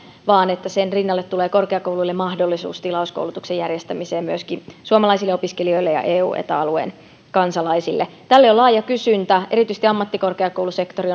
vaan että sen rinnalle tulee korkeakouluille mahdollisuus tilauskoulutuksen järjestämiseen myöskin suomalaisille opiskelijoille ja eu ja eta alueen kansalaisille tälle on laaja kysyntä erityisesti ammattikorkeakoulusektori